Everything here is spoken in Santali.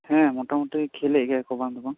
ᱦᱮᱸ ᱢᱳᱴᱟ ᱢᱩᱴᱤ ᱠᱷᱮᱞᱮᱫ ᱜᱮᱭᱟ ᱠᱚ ᱵᱟᱝ ᱫᱚ ᱵᱟᱝ